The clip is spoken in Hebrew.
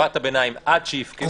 בתקופת הביניים עד שיפקעו.